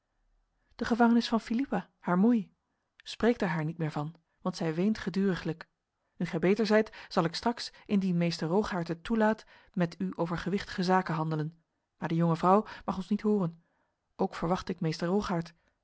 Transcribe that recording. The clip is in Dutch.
de gevangenis van philippa haar moei spreekt er haar niet meer van want zij weent geduriglijk nu gij beter zijt zal ik straks indien meester rogaert het toelaat met u over gewichtige zaken handelen maar de jonge vrouw mag ons niet horen ook verwacht ik meester